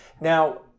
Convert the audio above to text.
Now